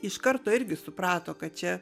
iš karto irgi suprato kad čia